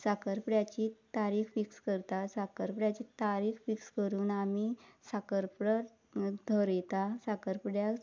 साकर पुड्याची तारीख फिक्स करता साकर पुड्याची तारीख फिक्स करून आमी साकर पुडो थारायता साकर पुड्याक